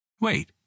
Wait